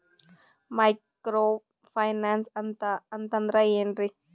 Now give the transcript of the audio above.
Micro finance ಅಂತಂದ್ರ ಏನ್ರೀ?